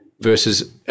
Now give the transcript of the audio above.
versus